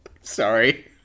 Sorry